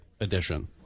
Edition